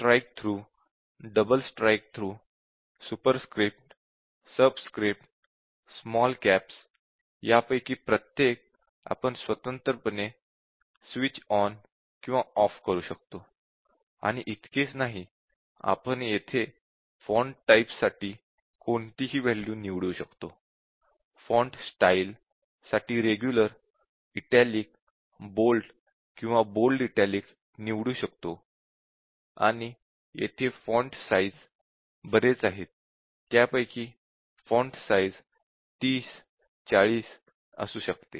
strikethrough double strikethrough superscript subscript small caps यापैकी प्रत्येक आपण स्वतंत्रपणे स्विच ऑन किंवा ऑफ करू शकतो आणि इतकेच नाही आपण येथे फॉन्ट टाइप साठी कोणतीही वॅल्यू निवडू शकतो फॉन्ट स्टाइल साठी रेगुलर इटॅलिक बोल्ड किंवा बोल्ड इटालिक निवडू शकतो आणि येथे फॉन्ट साईझ बरेच आहेत त्यापैकी फॉन्ट साईझ 30 40 असू शकतो